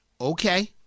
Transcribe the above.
Okay